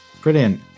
Brilliant